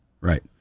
Right